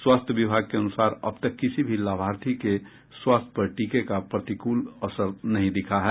स्वास्थ्य विभाग के अनुसार अब तक किसी भी लाभार्थी के स्वास्थ्य पर टीके का प्रतिकूल असर नहीं दिखा है